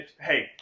Hey